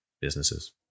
businesses